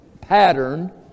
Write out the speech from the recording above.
pattern